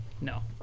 no